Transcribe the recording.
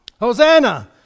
Hosanna